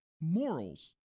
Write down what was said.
morals